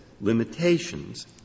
limitations